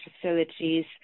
facilities